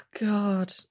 god